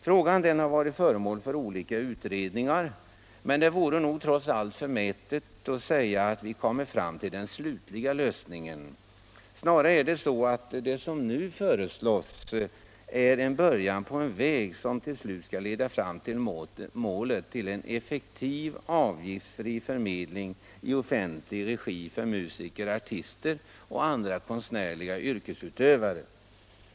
Frågan har varit föremål för olika utredningar — men det vore nog trots allt förmätet att säga att vi kommit fram till den slutliga lösningen. Snarare är det som nu föreslås början på en väg som till slut skall leda fram till målet: en effektiv avgiftsfri förmedling i offentlig regi för musiker, artister och andra konstnärliga yrkesutövare.